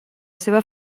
seva